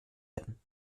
werden